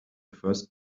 first